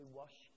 wash